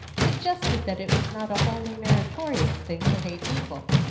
suggested that it was not a wholly meritorious thing to hate evil.